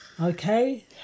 Okay